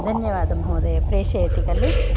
धन्यवाद महोदय प्रेषयति खलु